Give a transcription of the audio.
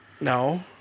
No